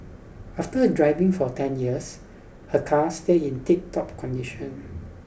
after driving for ten years her car still in tiptop condition